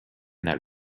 that